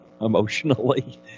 emotionally